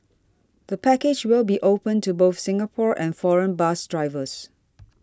the package will be open to both Singapore and foreign bus strives